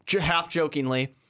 half-jokingly